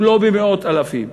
אם לא במאות אלפים.